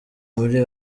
muri